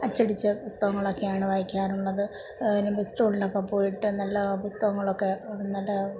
അച്ചടിച്ച പുസ്തകങ്ങളക്കെയാണ് വായിക്കാറുള്ളത് അങ്ങനെ ബുക്ക് സ്റ്റാളിൽ പോയിട്ട് നല്ല പുസ്തകങ്ങളൊക്കെ നല്ല